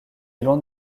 l’on